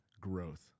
growth